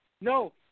No